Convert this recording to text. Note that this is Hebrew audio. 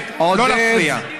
נא לא להפריע.